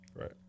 Right